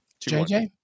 JJ